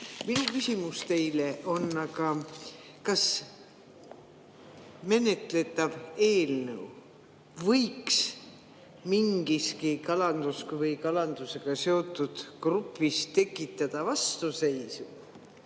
Minu küsimus teile on aga järgmine: kas menetletav eelnõu võiks mingiski kalandus‑ või kalandusega seotud grupis tekitada vastuseisu?